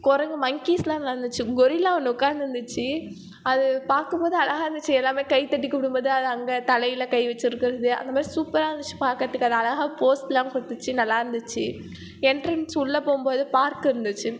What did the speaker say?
குரங்கு மங்கீஸ்லாம் நல்லா இருந்துச்சு கொரில்லா ஒன்று உக்காந்து இருந்துச்சு அது பார்க்கும்போது அழகாக இருந்துச்சு எல்லாமே கைதட்டி கூப்பிடும் போது அது அந்த தலையில் கை வச்சு இருக்கிறது அந்த மாதிரி சூப்பராக இருந்துச்சு பார்க்குறதுக்கு அழகாக போஸ்லாம் கொஞ்சம் நல்லா இருந்துச்சு என்ட்ரன்ஸ் உள்ளே போகும்போது பார்க் இருந்துச்சு